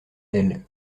elle